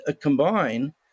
combine